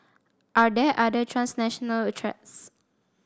are there other transnational a threats